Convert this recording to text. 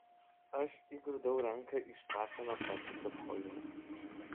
aš įgrūdau ranką į šlapią nuo prakaito kojinę